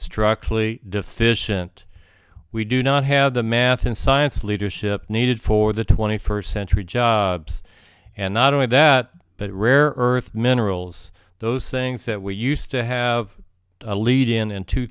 structurally deficient we do not have the math and science leadership needed for the twenty first century jobs and not only that but rare earth minerals those things that we used to have a lead in in two